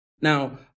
Now